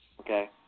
Okay